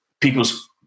people's